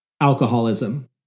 Alcoholism